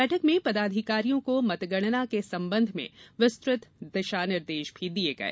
बैठक में पदाधिकारियों को मतगणना के संबंध में विस्तृत दिशा निर्देश भी दिये गये